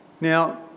Now